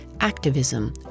activism